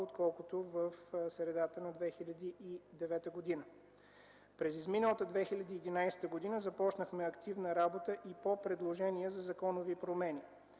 отколкото в средата на 2009 г. През изминалата 2011 г. започнахме активна работа и по предложения за законови промени.